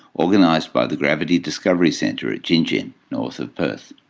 organised by the gravity discovery centre at gingin, north of perth.